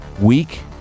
week